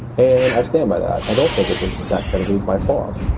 and i stand by that. i don't think it's ah that deadly by far.